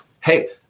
hey